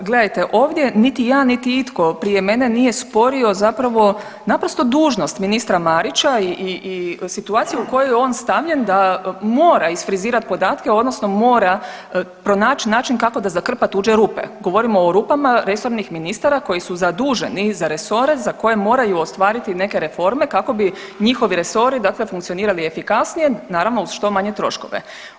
Pa gledajte ovdje niti ja niti itko prije mene nije sporio zapravo naprosto dužnost ministra Marića i situacije u koju je on stavljen da mora isfrizirat podatke odnosno mora pronać način kako da zakrpa tuđe rupe, govorimo o rupama resornih ministara koji su zaduženi za resore za koje moraju ostvariti neke reforme kako bi njihovi resori funkcionirali efikasnije, naravno uz što manje troškove.